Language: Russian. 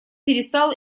перестал